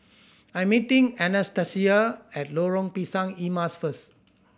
I'm meeting Anastacia at Lorong Pisang Emas first